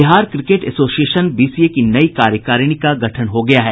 Bihar cricket association BCA की नई कार्यकारिणी का गठन हो गया है